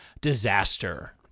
disaster